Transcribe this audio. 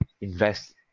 invest